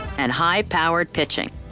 and high powered pitching.